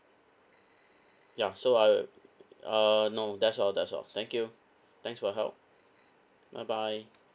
ya so I'll uh no that's all that's all thank you thanks for your help bye bye